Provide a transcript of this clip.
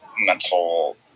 mental